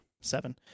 Seven